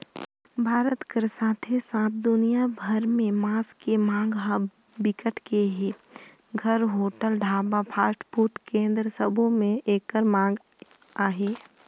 भारत कर साथे साथ दुनिया भर में मांस के मांग ह बिकट के हे, घर, होटल, ढाबा, फास्टफूड केन्द्र सबो में एकर मांग अहे